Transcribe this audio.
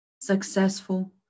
successful